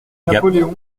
gap